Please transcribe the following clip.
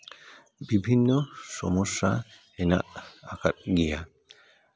ᱵᱤᱵᱷᱤᱱᱱᱚ ᱥᱚᱢᱚᱥᱥᱟ ᱦᱮᱱᱟᱜ ᱟᱠᱟᱫ ᱜᱮᱭᱟ